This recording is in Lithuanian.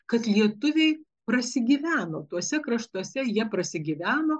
kad lietuviai prasigyveno tuose kraštuose jie prasigyveno